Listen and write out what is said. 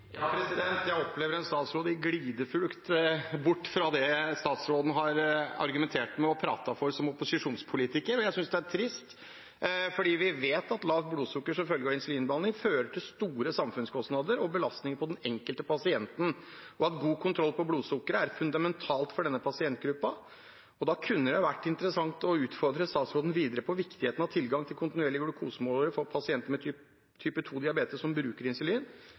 Jeg opplever en statsråd i glideflukt bort fra det hun argumenterte for og pratet om som opposisjonspolitiker. Jeg synes det er trist, for vi vet at lavt blodsukker som følge av insulinbehandling fører til store samfunnskostnader og belastning på den enkelte pasient. God kontroll på blodsukkeret er fundamentalt for denne pasientgruppen, og da kunne det vært interessant å utfordre statsråden videre på viktigheten av tilgang på kontinuerlig glukosemåler for pasienter med type 2-diabetes som bruker